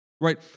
Right